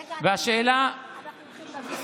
והשאלה, רגע, אנחנו הולכים להביא,